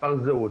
מספר זהות,